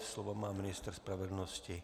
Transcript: Slovo má ministr spravedlnosti.